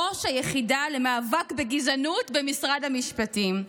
ראש היחידה למאבק בגזענות במשרד המשפטים,